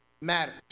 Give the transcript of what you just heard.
matters